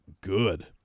good